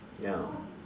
ya